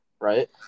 Right